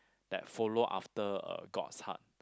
that follow after uh god's heart